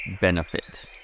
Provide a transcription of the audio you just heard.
Benefit